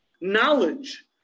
Knowledge